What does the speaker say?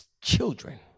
children